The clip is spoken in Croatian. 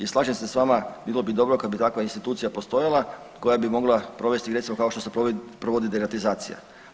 I slažem se s vama bilo bi dobro kad bi takva institucija postojala koja bi mogla provesti recimo kao što se provodi deratizacija.